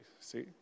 See